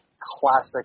classic